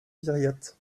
viriat